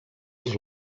als